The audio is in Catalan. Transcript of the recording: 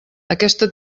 aquesta